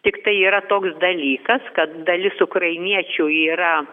tiktai yra toks dalykas kad dalis ukrainiečių yra